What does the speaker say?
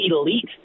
elite